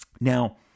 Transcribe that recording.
Now